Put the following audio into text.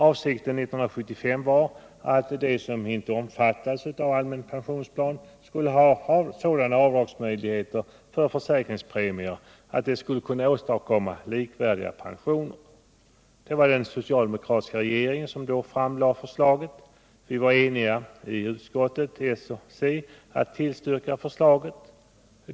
Avsikten år 1975 var att de som inte omfattades av allmän pensionsplan skulle ha sådana avdragsmöjligheter för försäkringspremien att de skulle kunna åstadkomma likvärdiga pensioner. Det var den socialdemokratiska regeringen som då framlade förslaget. Socialdemokraterna och centern var i utskottet eniga om att tillstyrka förslaget.